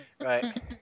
Right